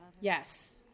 Yes